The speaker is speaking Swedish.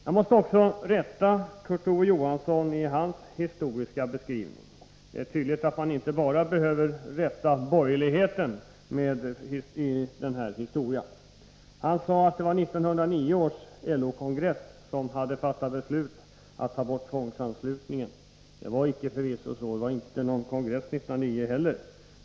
Jag måste också rätta Kurt Ove Johansson i hans historieskrivning; det är tydligt att man inte bara behöver rätta borgerligheten i det här sammanhanget. Han sade att det var 1909 års LO-kongress som fattade beslut om att ta bort tvångsanslutningen. Det var förvisso icke så, och det var inte heller någon kongress 1909.